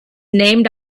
named